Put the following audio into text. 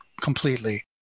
completely